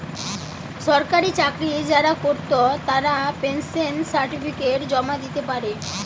সরকারি চাকরি যারা কোরত তারা পেনশন সার্টিফিকেট জমা দিতে পারে